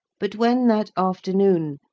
but when, that afternoon,